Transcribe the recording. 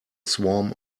swarm